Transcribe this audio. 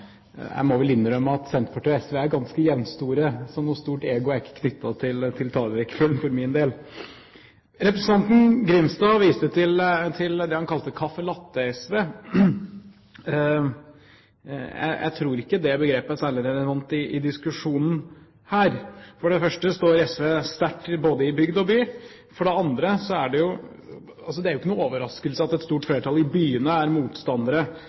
Jeg må innrømme at Senterpartiet og SV er ganske jevnstore, så det er ikke knyttet noe stort ego til talerrekkefølgen for min del. Representanten Grimstad viste til det han kalte caffè latte-SV. Jeg tror ikke det begrepet er særlig relevant i diskusjonen her. For det første står SV sterkt både i bygd og i by. For det andre er det ingen overraskelse at et stort flertall i byene er motstandere